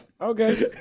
okay